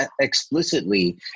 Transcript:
explicitly